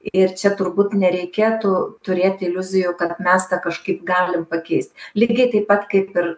ir čia turbūt nereikėtų turėt iliuzijų kad mes tą kažkaip galim pakeist lygiai taip pat kaip ir